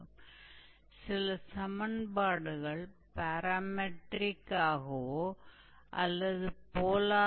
तो इस तरह के को ऑर्डिनेट सिस्टम के लिए फॉर्मूला भी हैं